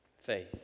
faith